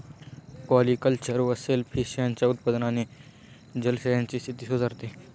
polyculture व shellfish यांच्या उत्पादनाने जलाशयांची स्थिती सुधारते